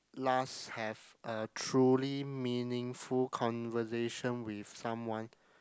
last have a truly meaningful conversation with someone